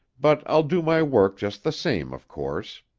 but i'll do my work just the same, of course.